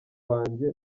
wanjye